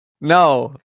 No